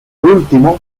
último